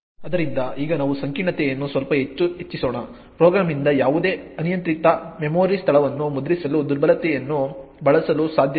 ಆದ್ದರಿಂದ ಈಗ ನಾವು ಸಂಕೀರ್ಣತೆಯನ್ನು ಸ್ವಲ್ಪ ಹೆಚ್ಚು ಹೆಚ್ಚಿಸೋಣ ಪ್ರೋಗ್ರಾಂನಿಂದ ಯಾವುದೇ ಅನಿಯಂತ್ರಿತ ಮೆಮೊರಿ ಸ್ಥಳವನ್ನು ಮುದ್ರಿಸಲು printf ದುರ್ಬಲತೆಯನ್ನು ಬಳಸಲು ಸಾಧ್ಯವೇ ಎಂದು ನೋಡೋಣ